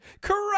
Correct